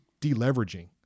deleveraging